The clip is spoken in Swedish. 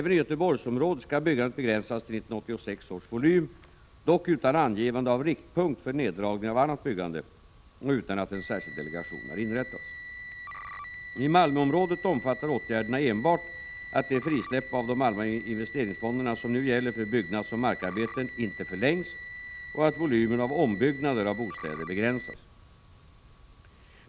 Aven i Göteborgsområdet skall byggandet begränsas till ärineslivett dö 1986 års volym, dock utan angivande av riktpunkt för neddragningen av TEEN YEESOrIadgS regionerna annat byggande och utan att en särskild delegation har inrättats. I Malmöområdet omfattar åtgärderna enbart att det frisläpp av de allmänna investeringsfonderna som nu gäller för byggnadsoch markarbeten inte förlängs och att volymen av ombyggnader av bostäder begränsas.